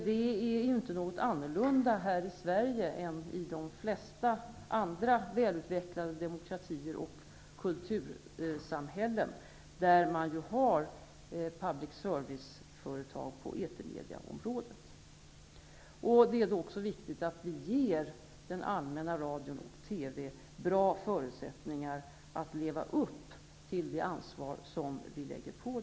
Det är inte annorlunda här i Sverige än i de flesta andra välutvecklade demokratier och kultursamhällen där man har public service-företag på etermediaområdet. Det är också viktigt att vi ger den allmänna radion och TV-n bra förutsättningar för att leva upp till det ansvar som vi lägger på dem.